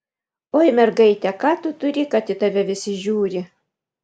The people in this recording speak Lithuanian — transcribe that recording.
oi mergaite ką tu turi kad į tave visi žiūri